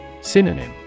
Synonym